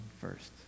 first